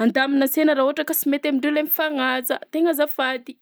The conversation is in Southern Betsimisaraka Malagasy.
handamina ansena raha ohatra ka sy mety amindreo le mifagnaja, tegna azafady!